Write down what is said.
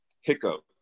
hiccup